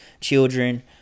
children